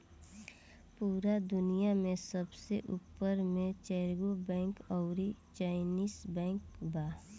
पूरा दुनिया में सबसे ऊपर मे चरगो बैंक अउरी चाइनीस बैंक बा